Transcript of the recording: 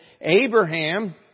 Abraham